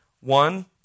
One